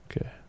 Okay